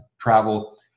travel